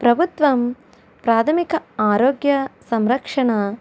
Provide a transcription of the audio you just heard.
ప్రభుత్వం ప్రాథమిక ఆరోగ్య సంరక్షణ